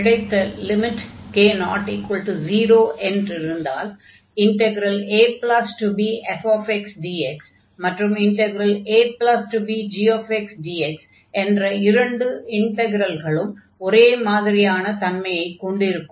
கிடைத்த limit k≠0 என்றிருந்தால் abfxdx மற்றும் abgxdx என்ற இரண்டு இன்டக்ரல்களும் ஒரே மாதிரியான தன்மையைக் கொண்டிருக்கும்